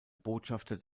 botschafter